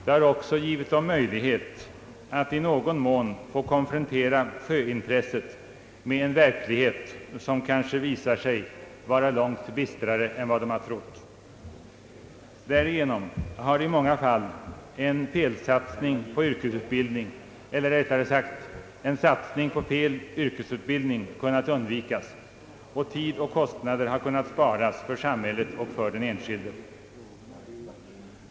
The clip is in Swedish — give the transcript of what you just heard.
Den har också givit dem en möjlighet att i någon mån få konfrontera sjöintresset med en verklighet som kanske visar sig vara långt bistrare än vad de har trott. Därigenom har i många fall en felsatsning på yrkesutbildning — eller rättare sagt en satsning på fel yrkesutbildning — kunnat undvikas, och tid och kostnader har kunnat sparas för samhället och för den enskilde.